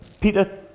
Peter